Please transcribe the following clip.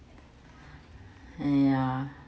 uh ya